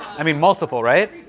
i mean, multiple, right?